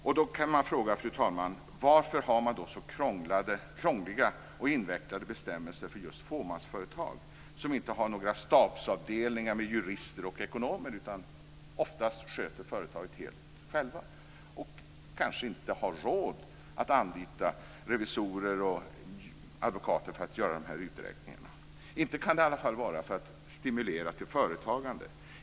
Man kan fråga, fru talman, varför det är så krångliga och invecklade bestämmelser för just fåmansföretag, som inte har några stabsavdelningar med jurister och ekonomer, utan där ägarna oftast sköter företaget helt själva och kanske inte har råd att anlita revisorer och advokater för att göra de här uträkningarna. Inte kan det i alla fall vara för att stimulera till företagande.